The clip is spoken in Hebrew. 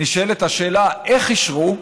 נשאלת השאלה איך אישרו.